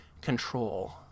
control